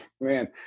man